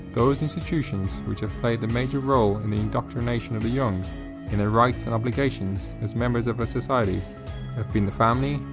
those institutions which have played the major role in the indoctrination of the young in their rights and obligations as members of society have been the family,